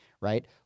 Right